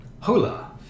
Hola